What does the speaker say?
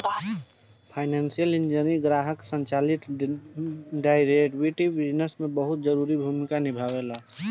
financial engineering ग्राहक संचालित derivative business में बहुत जरूरी भूमिका निभावेला